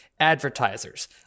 advertisers